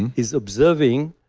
and is observing